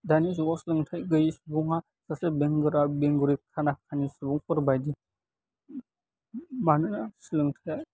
दानि जुगाव सोलोंथाइ गैयै सुबुङा सासे बेंगुरा बेंगुरि खाना खानि सुबुंफोर बायदि मानोना सोलोंथाइआ